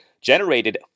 generated